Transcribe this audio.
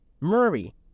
Murray